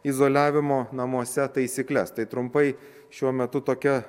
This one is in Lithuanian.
izoliavimo namuose taisykles tai trumpai šiuo metu tokia